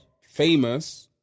famous